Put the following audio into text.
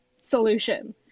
solution